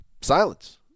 Silence